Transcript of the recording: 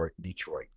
Detroit